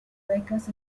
becas